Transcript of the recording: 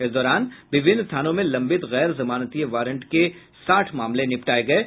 इस दौरान विभिन्न थानों में लंबित गैर जमानतीय वारंट के साठ मामले निपटाये गये हैं